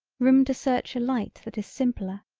room to search a light that is simpler,